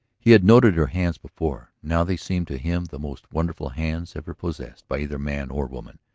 he had noted her hands before now they seemed to him the most wonderful hands ever possessed by either man or woman,